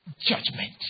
judgment